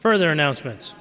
further announcements